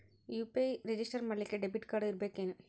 UPI register ಮಾಡ್ಲಿಕ್ಕೆ debit card ಇರ್ಬೇಕೇನು?